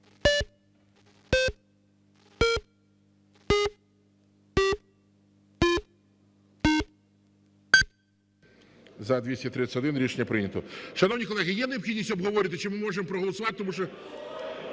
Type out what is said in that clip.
За-231 Рішення прийнято. Шановні колеги, є необхідність обговорювати? Чи ми можемо проголосувати,